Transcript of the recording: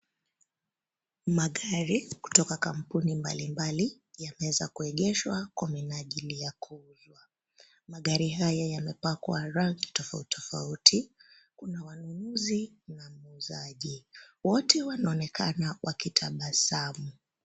Magari kutoka kampuni mbalimbali yameweza kuegeshwa kwa minajili ya kununuliiwa. Magari haya yamepakwa rangi tofauti tofauti. Kuna mnunuzi na muuzaji. Wote wanaonekana wakitabasamu.